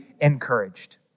encouraged